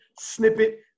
snippet